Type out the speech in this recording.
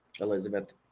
Elizabeth